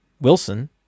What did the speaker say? Wilson